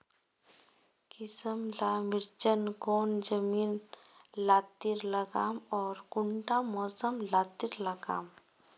किसम ला मिर्चन कौन जमीन लात्तिर लगाम आर कुंटा मौसम लात्तिर लगाम?